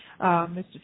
Mr